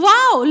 Wow